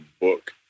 book